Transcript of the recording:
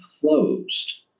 closed